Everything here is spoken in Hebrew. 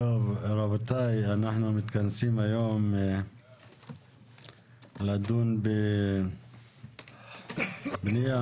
אנחנו מתכנסים היום לדון בפנייה,